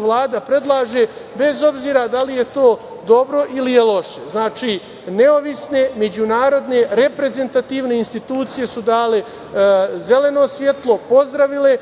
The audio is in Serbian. Vlada predlaže, bez obzira da li je to dobro ili je loše. Znači, neovisne međunarodne reprezentativne institucije su dale zeleno svetlo, pozdravile